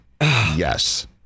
Yes